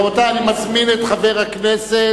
רבותי, אני מזמין את חבר הכנסת